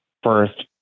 first